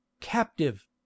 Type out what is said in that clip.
Captive